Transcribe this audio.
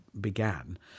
began